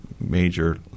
major